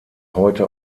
heute